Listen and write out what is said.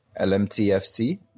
LMTFC